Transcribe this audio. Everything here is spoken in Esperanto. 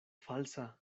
falsa